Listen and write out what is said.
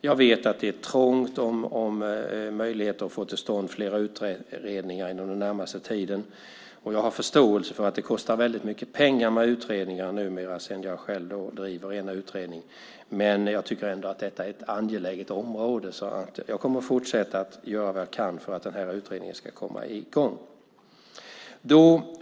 Jag vet att det är trångt om möjligheter att få till stånd fler utredningar inom den närmaste tiden, och jag har förståelse för att det kostar väldigt mycket pengar med utredningar sedan jag själv numera driver en utredning. Jag tycker ändå att detta är ett angeläget område, så jag kommer att fortsätta att göra vad jag kan för att den här utredningen ska komma i gång.